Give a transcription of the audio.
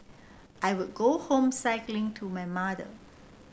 I would go home cycling to my mother